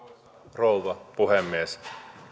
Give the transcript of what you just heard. rouva puhemies